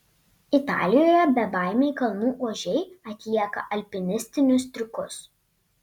italijoje bebaimiai kalnų ožiai atlieka alpinistinius triukus